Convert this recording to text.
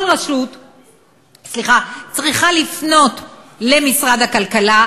כל רשות צריכה לפנות למשרד הכלכלה,